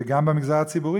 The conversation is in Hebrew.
וגם למגזר הציבורי,